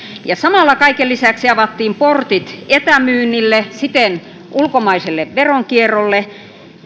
samalla kaiken lisäksi avattiin portit etämyynnille siten ulkomaiselle veronkierrolle